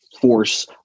force